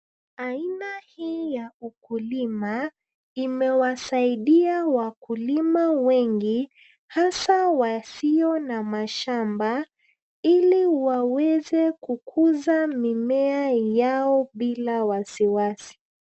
Aina hii ya ukulima imewasidia wakulima wengi, hasa wasio na mashamba ili waweze kukuza mimea yao bila wasiwasi.